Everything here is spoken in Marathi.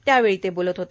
त्यावेळी ते बोलत होते